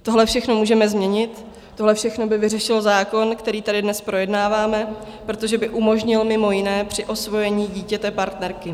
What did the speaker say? Tohle všechno můžeme změnit, tohle všechno by vyřešil zákon, který tady dnes projednáváme, protože by umožnil mimo jiné osvojení dítěte partnerky.